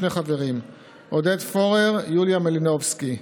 שני חברים: עודד פורר ויוליה מלינובסקי,